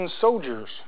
soldiers